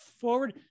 forward